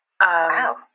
Wow